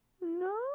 No